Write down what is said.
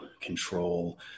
control